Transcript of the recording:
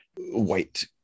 white